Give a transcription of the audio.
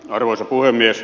arvoisa puhemies